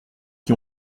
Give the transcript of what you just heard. qui